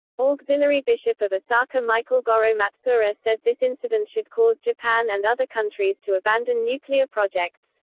auxiliary bishop of osaka michael goro matsuura said this incident should cause japan and other countries to abandon nuclear projects.